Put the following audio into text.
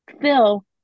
Phil